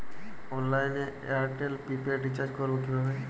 অনলাইনে এয়ারটেলে prepaid recharge করবো কিভাবে?